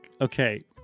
Okay